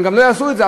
הם גם לא יעשו את זה.